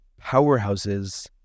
powerhouses